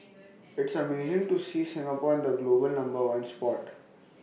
it's amazing to see Singapore in the global number on spot